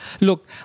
look